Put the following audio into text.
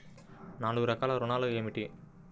నాలుగు రకాల ఋణాలు ఏమిటీ?